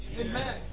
Amen